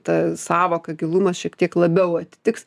ta sąvoka gilumas šiek tiek labiau atitiks